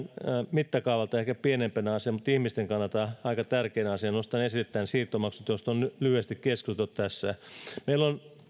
mittakaavaltaan vähän ehkä pienempi asia mutta ihmisten kannalta aika tärkeä asia nostan esille nämä siirtomaksut joista on lyhyesti keskusteltu tässä meillä on